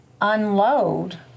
unload